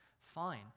fine